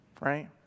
right